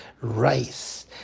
rice